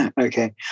Okay